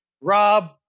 rob